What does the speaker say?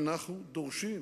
אנחנו דורשים